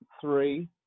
three